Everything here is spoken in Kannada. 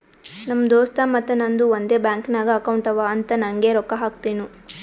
ನಮ್ ದೋಸ್ತ್ ಮತ್ತ ನಂದು ಒಂದೇ ಬ್ಯಾಂಕ್ ನಾಗ್ ಅಕೌಂಟ್ ಅವಾ ಅಂತ್ ನಂಗೆ ರೊಕ್ಕಾ ಹಾಕ್ತಿನೂ